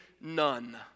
none